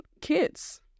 kids